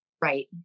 Right